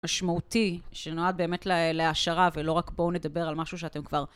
משמעותי שנועד באמת להעשרה ולא רק בואו נדבר על משהו שאתם כבר